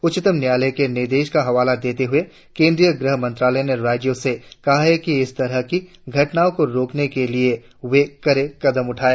उच्चतम न्यायालय के निर्देश का हवाला देते हुए गृह मंत्रालय ने राज्यों से कहा है कि इस तरह की घटनाओं को रोकने के लिए वे कड़े कदम उठायें